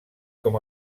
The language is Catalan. com